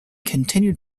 continued